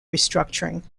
restructuring